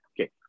Okay